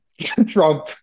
Trump